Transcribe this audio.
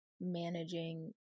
managing